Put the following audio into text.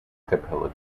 cappella